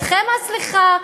אתכם הסליחה,